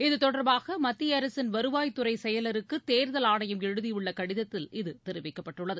இத்தொடர்பாகமத்தியஅரசின் வருவாய் துறைசெயலருக்குதேர்தல் ஆணையம் எழுதியுள்ளகடிதத்தில இது தெரிவிக்கப்பட்டுள்ளது